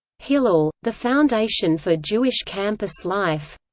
hillel the foundation for jewish campus life